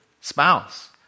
spouse